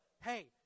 hey